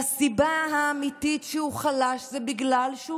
והסיבה האמיתית לכך שהוא חלש זה בגלל שהוא